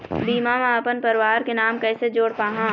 बीमा म अपन परवार के नाम कैसे जोड़ पाहां?